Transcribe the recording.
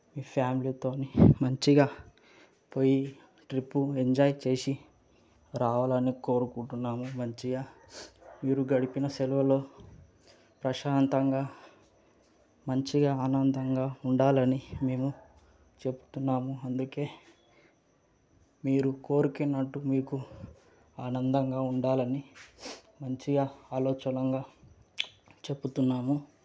మీ ఫ్యామిలీతోనే మంచిగా పోయి ట్రిప్పు ఎంజాయ్ చేసి రావాలని కోరుకుంటున్నాము మంచిగా మీరు గడిపిన సెలవులో ప్రశాంతంగా మంచిగా ఆనందంగా ఉండాలని మేము చెబుతున్నాము అందుకే మీరు కోరుకున్నట్టు మీకు ఆనందంగా ఉండాలని మంచిగా ఆలోచనగా చెబుతున్నాము